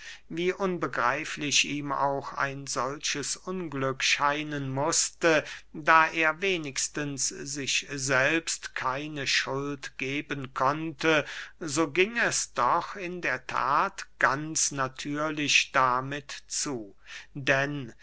wie unbegreiflich ihm auch ein solches unglück scheinen mußte da er wenigstens sich selbst keine schuld geben konnte so ging es doch in der that ganz natürlich damit zu denn